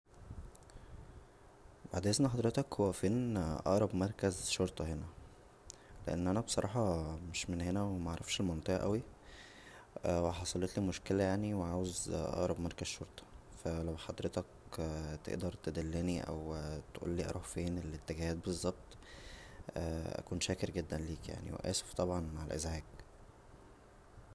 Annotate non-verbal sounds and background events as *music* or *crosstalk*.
بعد اذن حضرتك هو فين اقرب مركز شرطه هنا *noise* لان انا بصراحه مش من هنا و معرفش المنطقه اوى و حصلتلى مشكله يعنى وعاوز اقرب مركز شرطه فا لو حضرتك تقدر تدلنى او تقولى اروح فين الاتجاهات بالظبط اكون شاكر جدا ليك يعنى واسف طبعا عالازعاج